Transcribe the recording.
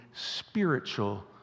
spiritual